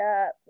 up